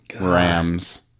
Rams